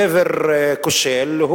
גבר כושל,